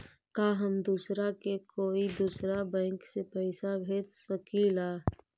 का हम दूसरा के कोई दुसरा बैंक से पैसा भेज सकिला?